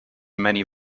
many